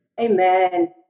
Amen